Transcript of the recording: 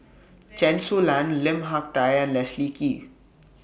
Chen Su Lan Lim Hak Tai and Leslie Kee